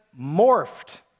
morphed